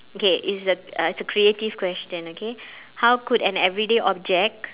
okay it's a uh it's a creative question okay how could an everyday object